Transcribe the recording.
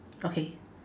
okay